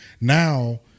Now